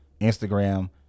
Instagram